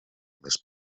més